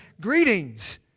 greetings